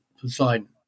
Poseidon